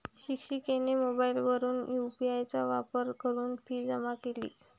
शिक्षिकेने मोबाईलवरून यू.पी.आय चा वापर करून फी जमा केली